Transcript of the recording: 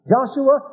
Joshua